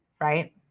right